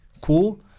Cool